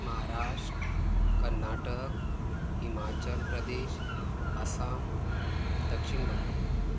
महाराष्ट्र कर्नाटक हिमाचल प्रदेश आसाम दक्षिण बंगाल